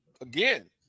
Again